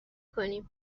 کنیم